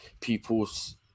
people's